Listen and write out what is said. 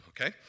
Okay